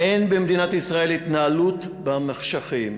אין במדינת ישראל התנהלות במחשכים,